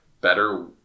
better